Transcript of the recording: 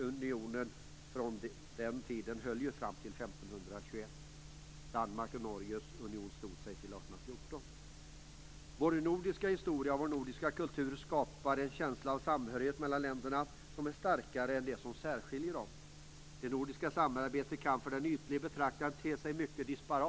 Unionen från den tiden höll ju fram till 1521. Danmarks och Norges union stod sig fram till 1814. Vår nordiska historia och vår nordiska kultur skapar en känsla av samhörighet mellan länderna som är starkare än det som särskiljer dem. Det nordiska samarbetet kan för den ytlige betraktaren te sig som mycket disparat.